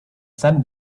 sun